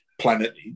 planet